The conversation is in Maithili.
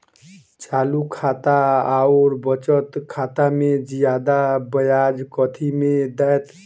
चालू खाता आओर बचत खातामे जियादा ब्याज कथी मे दैत?